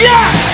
Yes